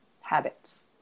habits